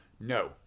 No